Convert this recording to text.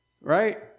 right